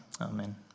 amen